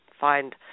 find